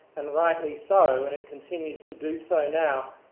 and rightly so, and it continues to do so now.